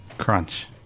Crunch